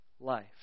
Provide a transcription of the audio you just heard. life